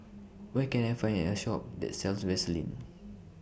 Where Can I Find A Shop that sells Vaselin